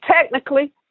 technically